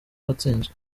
batsinzwe